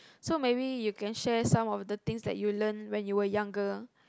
so maybe you can share some of the things that you learnt when you were younger